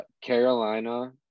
Carolina